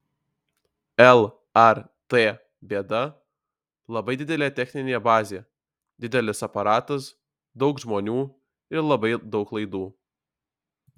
lrt bėda labai didelė techninė bazė didelis aparatas daug žmonių ir labai daug laidų